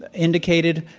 ah indicated,